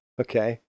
Okay